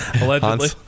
Allegedly